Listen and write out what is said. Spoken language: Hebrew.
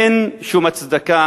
אין שום הצדקה